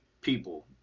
people